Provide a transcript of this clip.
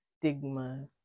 stigma